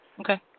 Okay